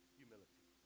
humility